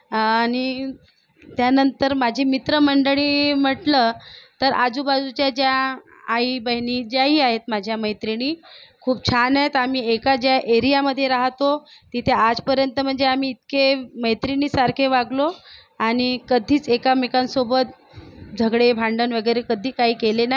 आणि त्यानंतर माझी मित्रमंडळी म्हटलं तर आजूबाजूच्या ज्या आईबहिणी ज्याही आहेत माझ्या मैत्रिणी खूप छान आहेत आम्ही एका ज्या एरियामध्ये राहातो तिथे आजपर्यंत म्हणजे आम्ही इतके मैत्रिणीसारखे वागलो आणि कधीच एकामेकांसोबत झगडे भांडण वगैरे कधी काही केले नाही